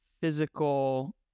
physical